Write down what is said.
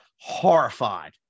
horrified